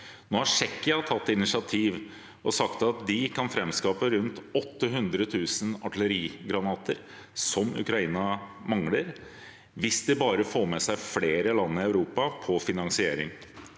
Nå har Tsjekkia tatt initiativ og sagt at de kan framskaffe rundt 800 000 artillerigranater, som Ukraina mangler, hvis de bare får med seg flere land i Europa på finansieringen.